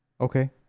Okay